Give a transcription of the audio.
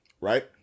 right